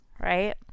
Right